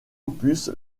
opus